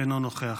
אינו נוכח,